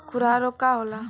खुरहा रोग का होला?